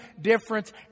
difference